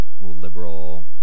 liberal